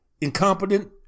incompetent